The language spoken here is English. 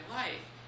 life